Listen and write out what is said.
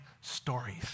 stories